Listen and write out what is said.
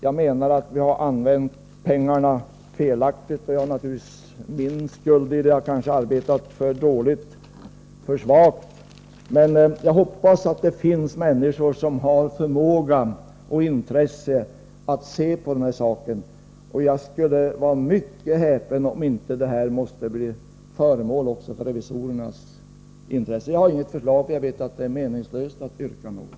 Jag menar att vi har använt pengarna felaktigt. Jag har naturligtvis min skuld i det; jag har kanske arbetat för svagt. Men jag hoppas att det finns människor som har förmåga och intresse att se på denna sak. Jag skulle vara mycket häpen om inte detta också måste bli föremål för revisorernas intresse. Jag har inget förslag, för jag vet att det är meningslöst att yrka något.